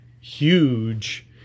huge